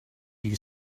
you